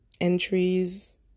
entries